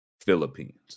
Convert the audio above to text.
Philippines